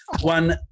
One